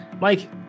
mike